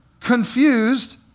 Confused